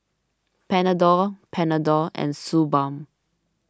Panadol Panadol and Suu Balm